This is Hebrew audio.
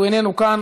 הוא איננו כאן,